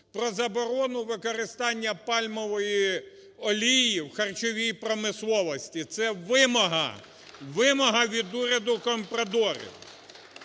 про заборону використання пальмової олії в харчовій промисловості. Це вимога, вимога від уряду компрадорів,